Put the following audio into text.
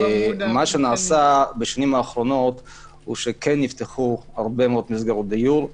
מה שנעשה בשנים האחרונות הוא שכן נפתחו הרבה מאוד מסגרות דיור.